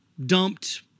Dumped